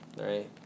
right